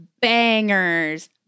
bangers